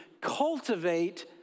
Cultivate